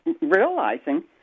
realizing